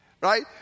right